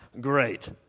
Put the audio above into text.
great